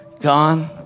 gone